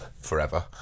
forever